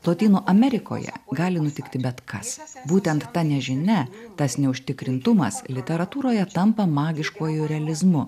lotynų amerikoje gali nutikti bet kas būtent ta nežinia tas neužtikrintumas literatūroje tampa magiškuoju realizmu